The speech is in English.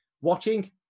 watching